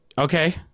okay